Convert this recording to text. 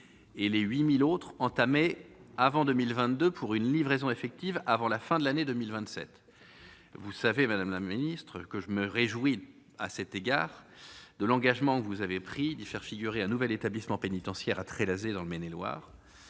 et le 8 1000 autres entamé avant 2022 pour une livraison effective avant la fin de l'année 2027, vous savez, madame la ministre, que je me réjouis à cet égard, de l'engagement que vous avez pris d'y faire figurer un nouvel établissement pénitentiaire à Trélazé dans le